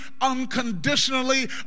unconditionally